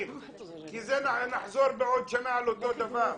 כי נחזור בעוד שנה על אותו דבר,